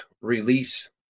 release